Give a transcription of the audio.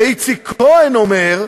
ואיציק כהן אומר: